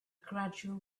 gradual